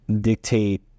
dictate